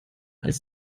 als